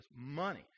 Money